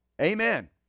Amen